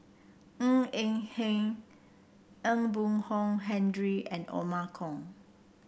Ng Eng Hen Ee Boon Kong Henry and Othman Kong